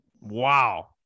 Wow